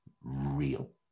real